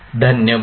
धन्यवाद